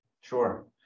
sure